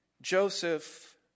Joseph